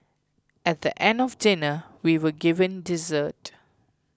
at the end of dinner we were given dessert